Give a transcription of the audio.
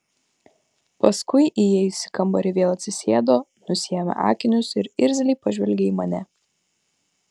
paskui įėjusi į kambarį vėl atsisėdo nusiėmė akinius ir irzliai pažvelgė į mane